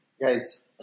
Guys